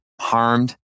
harmed